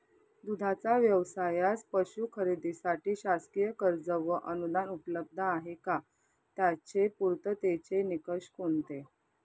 दूधाचा व्यवसायास पशू खरेदीसाठी शासकीय कर्ज व अनुदान उपलब्ध आहे का? त्याचे पूर्ततेचे निकष कोणते?